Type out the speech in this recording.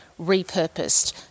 repurposed